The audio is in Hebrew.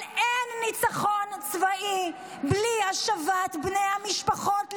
אבל אין ניצחון צבאי בלי השבת בני המשפחות לביתם,